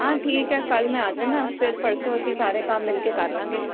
ਹਾਂ ਠੀਕ ਹੈ ਕੱਲ੍ਹ ਮੈਂ ਆ ਜਾਣਾ ਫਿਰ ਪਰਸੋਂ ਅਸੀਂ ਸਾਰੇ ਕੰਮ ਮਿਲਕੇ ਕਰ ਲਵਾਂਗੇ